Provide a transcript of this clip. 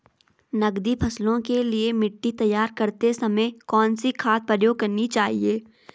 नकदी फसलों के लिए मिट्टी तैयार करते समय कौन सी खाद प्रयोग करनी चाहिए?